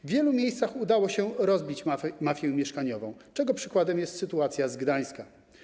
W wielu miejscach udało się rozbić mafię mieszkaniową, czego przykładem jest sytuacja z Gdańska.